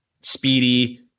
speedy